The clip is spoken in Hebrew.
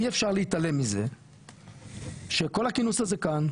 אי אפשר להתעלם מזה שכל הכינוס הזה כאן,